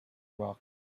rocks